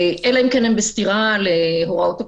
אלא אם כן הן בסתירה להוראות הקורונה.